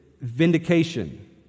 vindication